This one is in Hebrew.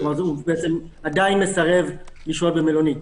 הוא עדיין מסרב לשהות במלונית.